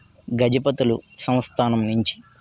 గజపతులు సంస్థానం నుంచి